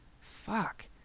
Fuck